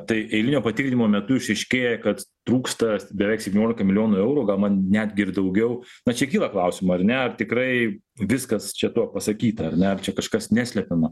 tai eilinio patikrinimo metu išryškėja kad trūksta beveik septyniolika milijonų eurų gal man netgi ir daugiau na čia kyla klausimų ar ne ar tikrai viskas čia tuo pasakytaar ne ar čia kažkas neslepiama